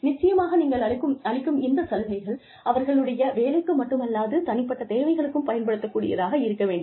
நிச்சயமாக நீங்கள் அளிக்கும் இந்த சலுகைகள் அவர்களுடைய வேலைக்கு மட்டுமல்லாது தனிப்பட்ட தேவைக்கும் பயன் படுத்தக் கூடியதாக இருக்க வேண்டும்